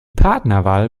partnerwahl